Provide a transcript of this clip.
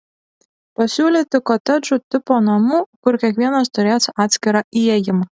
pasiūlyti kotedžų tipo namų kur kiekvienas turės atskirą įėjimą